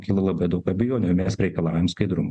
kyla labai daug abejonių ir mes reikalaujam skaidrumo